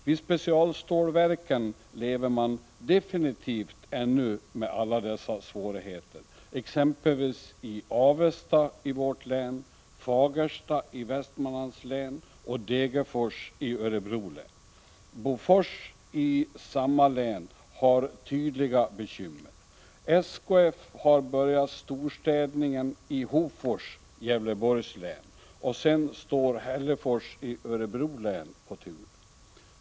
Vid specialstålverken lever man absolut med alla dessa svårigheter ännu, exempelvis i Avesta i vårt län, Fagersta i Västmanlands län och Degerfors i Örebro län. Bofors i samma län har tydliga bekymmer. SKF har börjat storstädningen i Hofors, Gävleborgs län, och sedan står Hällefors i Örebro län på tur.